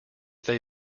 they